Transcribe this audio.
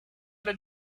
did